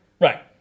Right